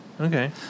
Okay